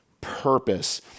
purpose